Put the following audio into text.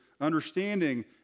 understanding